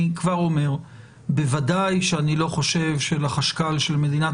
אני כבר אומר שבוודאי שאני לא חושב שלחשב הכללי של מדינת